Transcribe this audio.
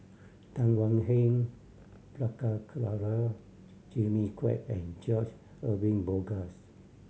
Tan Thuan Heng Prabhakara Jimmy Quek and George Edwin Bogaars